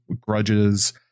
grudges